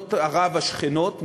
ממדינות ערב השכנות,